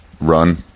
run